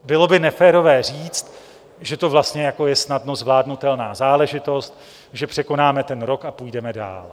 Bylo by neférové říct, že to vlastně jako je snadno zvládnutelná záležitost, že překonáme ten rok a půjdeme dál.